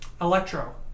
Electro